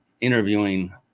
interviewing